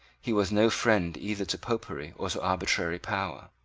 he was no friend either to popery or to arbitrary power.